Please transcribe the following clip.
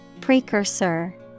Precursor